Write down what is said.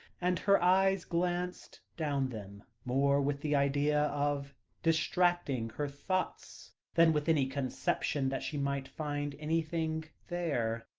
and her eyes glanced down them, more with the idea of distracting her thoughts, than with any conception that she might find anything there,